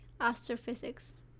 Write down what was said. astrophysics